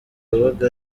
wabaga